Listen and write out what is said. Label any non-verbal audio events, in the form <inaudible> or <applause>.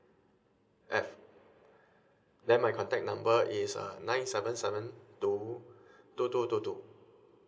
f <breath> then my contact number is uh nine seven seven two <breath> two two two two